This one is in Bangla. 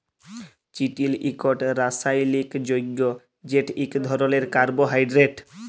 চিটিল ইকট রাসায়লিক যগ্য যেট ইক ধরলের কার্বোহাইড্রেট